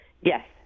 Yes